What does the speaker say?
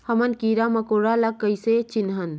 हमन कीरा मकोरा ला कइसे चिन्हन?